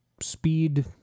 speed